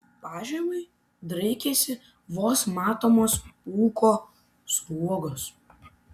pažemiui draikėsi vos matomos ūko sruogos